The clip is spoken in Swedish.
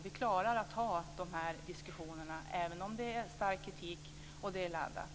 Vi klarar av att ha de här diskussionerna, även om det finns stark kritik och det är laddat.